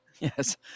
Yes